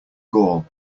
gall